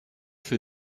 für